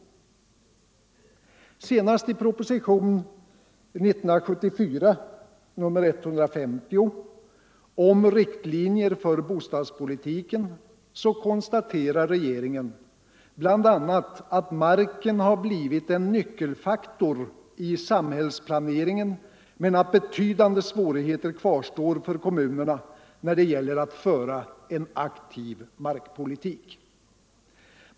konstaterar regeringen bl.a. att marken har blivit en nyckelfaktor i samhällsplaneringen men att betydande svårigheter kvarstår för kommunerna när det gäller att föra en aktiv markpolitik.